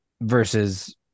Versus